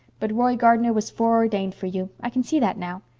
but roy gardner was foreordained for you. i can see that now.